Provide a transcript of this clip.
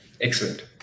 excellent